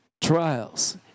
trials